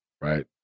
right